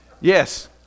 Yes